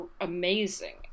amazing